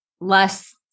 less